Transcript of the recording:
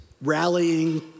rallying